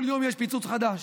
כל יום יש פיצוץ חדש,